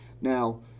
Now